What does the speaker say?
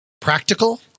practical